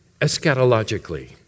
eschatologically